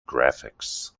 graphics